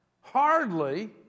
hardly